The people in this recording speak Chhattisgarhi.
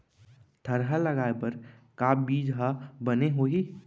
थरहा लगाए बर का बीज हा बने होही?